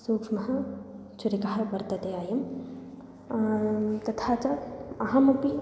सूक्ष्मा छुरिका वर्तते इयं तथा च अहमपि